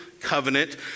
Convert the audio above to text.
Covenant